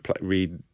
read